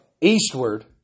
eastward